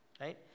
right